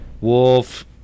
Wolf